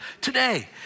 Today